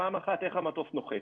פעם אחת איך המטוס נוחת,